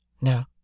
No